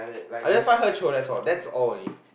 I just find her chio that's all that's all